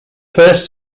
first